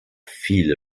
viele